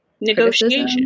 negotiation